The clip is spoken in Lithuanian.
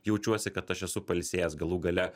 jaučiuosi kad aš esu pailsėjęs galų gale